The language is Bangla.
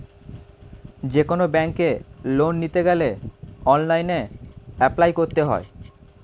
যেকোনো ব্যাঙ্কে লোন নিতে গেলে অনলাইনে অ্যাপ্লাই করতে হয়